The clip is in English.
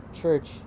Church